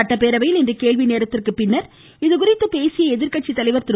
சட்டப்பேரவையில் இன்று கேள்வி நேரத்திற்கு பின்னர் இதுகுறித்து பேசிய எதிர்க்கட்சி தலைவர் திரு